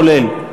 כולל.